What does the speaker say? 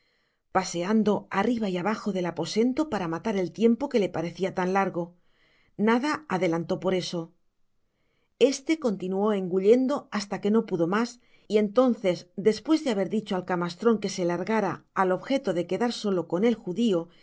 paseando arriba y abajo del aposento para matar el tiempo que le parecia tan largo nada adelantó por eso este continuó engullendo hasta que no pudo mas y entonces despues de haber dicho al camastron que se largara al objeto de quedar solo con el judio